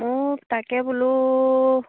মইও তাকে বোলোঁ